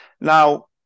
Now